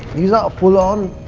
these are full on.